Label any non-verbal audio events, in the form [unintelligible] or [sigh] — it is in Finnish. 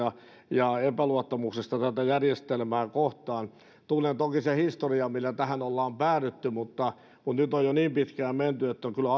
ja epäluottamuksesta tätä järjestelmää kohtaan tunnen toki sen historian millä tähän ollaan päädytty mutta nyt on jo niin pitkään menty että on kyllä [unintelligible]